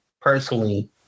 personally